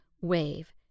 wave